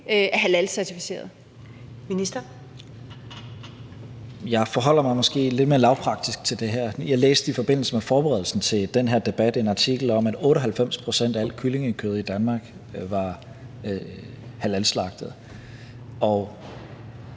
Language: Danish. (Mattias Tesfaye): Jeg forholder mig måske lidt mere lavpraktisk til det her. Jeg læste i forbindelse med forberedelsen til den her debat en artikel om, at 98 pct. af alt kyllingekød i Danmark var halalslagtet. Jeg